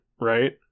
right